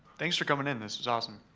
thanks for coming in. this is awesome.